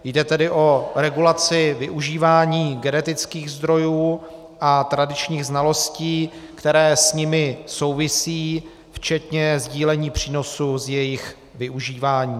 Jde tedy o regulaci využívání genetických zdrojů a tradičních znalostí, které s nimi souvisí, včetně sdílení přínosu z jejich využívání.